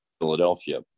Philadelphia